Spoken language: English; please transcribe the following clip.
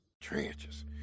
trenches